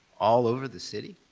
all over the city.